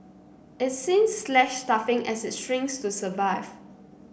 it's since slashed staffing as it shrinks to survive